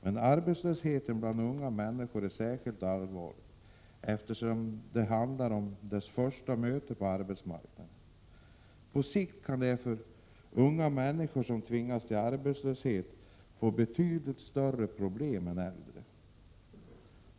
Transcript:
Men arbetslösheten bland unga människor är särskilt allvarlig, eftersom det handlar om deras första möte med arbetsmarknaden. På sikt kan därför unga människor som tvingas till arbetslöshet få betydligt större problem än äldre.